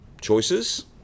choices